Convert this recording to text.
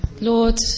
Lord